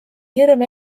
hirm